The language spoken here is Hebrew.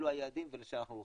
אלו היעדים ולשם אנחנו הולכים.